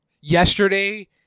yesterday